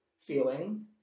feeling